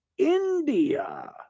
India